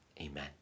Amen